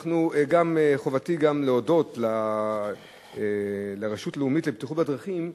חובתי גם להודות לרשות הלאומית לבטיחות בדרכים,